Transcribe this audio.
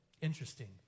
interesting